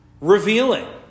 revealing